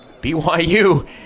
BYU